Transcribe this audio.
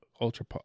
ultra